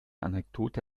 anekdote